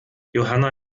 johanna